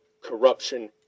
corruption